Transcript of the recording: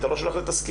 אתה לא שולח לתסקיר,